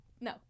No